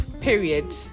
period